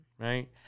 right